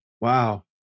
Wow